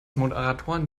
moderatoren